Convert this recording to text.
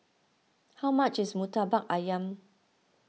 how much is Murtabak Ayam